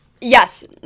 Yes